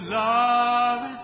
love